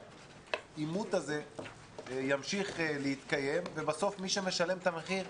העימות הזה ימשיך להתקיים ובסוף מי שמשלם את המחיר,